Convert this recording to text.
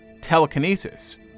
telekinesis